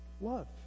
love